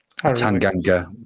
Tanganga